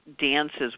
dances